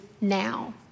now